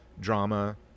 drama